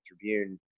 Tribune